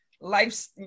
life's